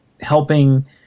helping